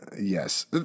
Yes